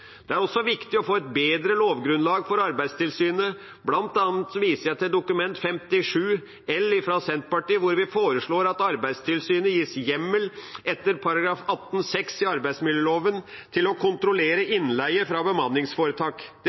for 2018–2019, fra Senterpartiet, hvor vi foreslår at Arbeidstilsynet gis hjemmel etter § 18-6 i arbeidsmiljøloven til å kontrollere innleie fra bemanningsforetak. Det